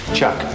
Chuck